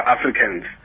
Africans